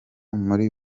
muri